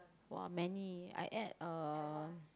!wah! many I ate uh